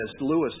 Lewis